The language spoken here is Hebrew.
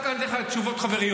אחר כך אתן לך תשובות חבריות.